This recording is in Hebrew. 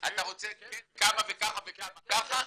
אתה רוצה כמה ככה וכמה וככה?